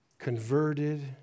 converted